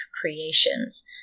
creations